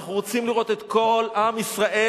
אנחנו רוצים לראות את כל עם ישראל,